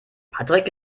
patrick